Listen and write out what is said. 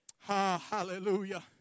Hallelujah